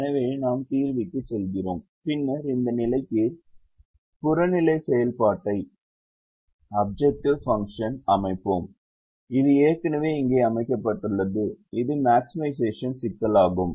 எனவே நாம் தீர்விக்குச் செல்கிறோம் பின்னர் இந்த நிலைக்கு புறநிலை செயல்பாட்டை அமைப்போம் இது ஏற்கனவே இங்கே அமைக்கப்பட்டுள்ளது இது மாக்ஸிமைசேஷன் சிக்கலாகும்